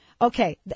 Okay